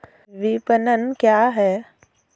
विपणन क्या है?